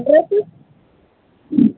address